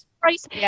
price